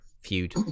feud